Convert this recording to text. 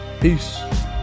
peace